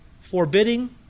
forbidding